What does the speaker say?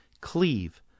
Cleave